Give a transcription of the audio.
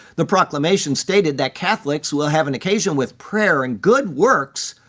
the proclamation stated that catholics will have an occasion with prayer and good works,